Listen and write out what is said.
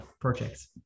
projects